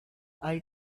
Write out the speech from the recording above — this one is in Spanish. hay